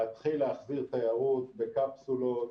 להתחיל להחזיר תיירות בקפסולות.